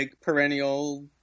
perennial